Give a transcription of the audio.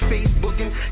Facebooking